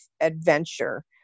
adventure